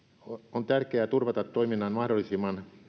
on tärkeää turvata toiminnan mahdollisimman